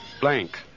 blank